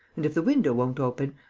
and, if the window won't open,